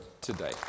today